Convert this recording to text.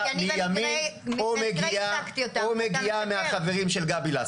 מימין או מגיעה מהחברים של גבי לסקי.